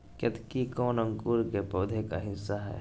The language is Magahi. केतकी कौन अंकुर के पौधे का किस्म है?